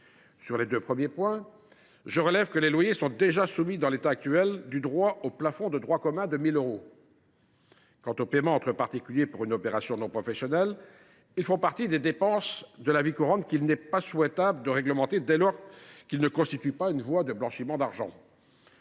Sur les deux premiers points, je relève que les loyers sont déjà soumis, en l’état actuel du droit, au plafond de droit commun de 1 000 euros. Quant aux paiements entre particuliers pour une opération non professionnelle, ils font partie des dépenses de la vie courante qu’il n’est pas souhaitable de réglementer dès lors qu’ils ne constituent pas une voie de blanchiment d’argent.